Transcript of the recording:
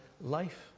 life